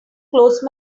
close